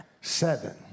Seven